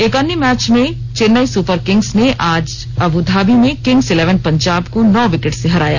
एक अन्य मैच में चेन्नई सुपर किंग्स ने आज अबुधाबी में किंग्स इलेवन पंजाब को नौ विकेट से हराया